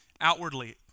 outwardly